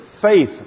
faith